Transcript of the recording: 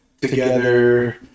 together